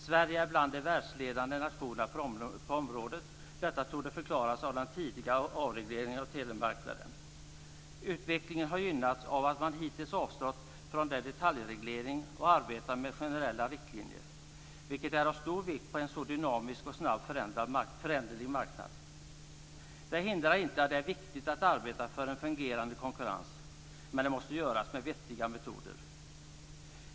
Sverige är bland de världsledande nationerna på området. Detta torde förklaras av den tidiga avregleringen av telemarknaden. Utvecklingen har gynnats av att man hittills har avstått från detaljregleringar och har arbetat med generella riktlinjer, vilket är av stor vikt på en så dynamisk och snabbt föränderlig marknad. Det hindrar inte att det är viktigt att arbeta för en fungerande konkurrens. Men det måste göras med vettiga metoder.